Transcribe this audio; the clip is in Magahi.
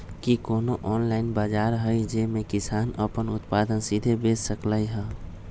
कि कोनो ऑनलाइन बाजार हइ जे में किसान अपन उत्पादन सीधे बेच सकलई ह?